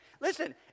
Listen